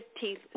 teeth